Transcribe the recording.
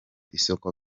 isoko